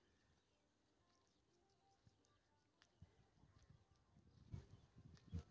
कोनो कीड़ा लागै के बादो गाछ मुरझा सकैए, कियैकि कीड़ा पानिक प्रवाह कें बाधित करै छै